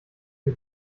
für